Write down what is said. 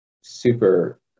super